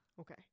Okay